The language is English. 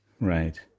Right